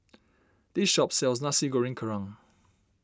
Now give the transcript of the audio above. this shop sells Nasi Goreng Kerang